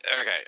Okay